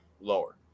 lower